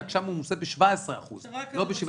רק ששם הוא ממוסה ב-17% ולא ב-7.5%,